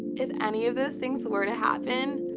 if any of those things were to happen,